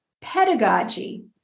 pedagogy